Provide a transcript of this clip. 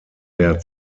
der